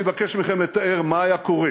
אני מבקש מכם לתאר מה היה קורה